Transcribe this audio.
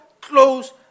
close